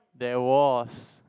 there was